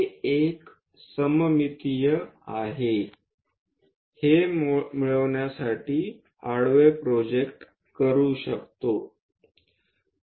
हे एक सममितीय आहे हे मिळविण्यासाठी आडवे प्रोजेक्ट करू शकते